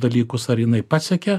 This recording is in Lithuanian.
dalykus ar jinai pasekė